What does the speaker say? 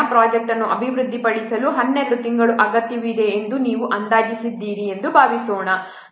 project ಅನ್ನು ಅಭಿವೃದ್ಧಿಪಡಿಸಲು 12 ತಿಂಗಳುಗಳ ಅಗತ್ಯವಿದೆ ಎಂದು ನೀವು ಅಂದಾಜಿಸಿದ್ದೀರಿ ಎಂದು ಭಾವಿಸೋಣ